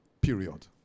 period